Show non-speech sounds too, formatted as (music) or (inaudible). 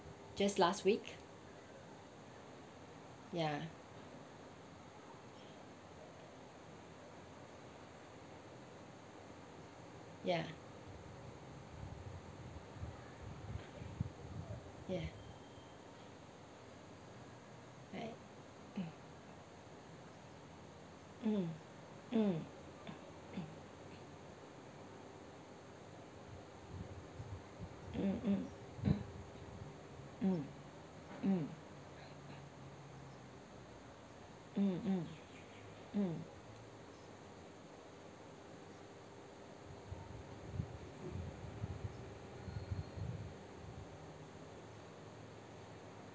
just last week ya ya ya right (breath) mm mm (coughs) mm mm mm mm mm mm mm mm mm